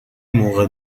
موقع